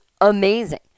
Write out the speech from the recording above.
amazing